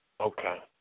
Okay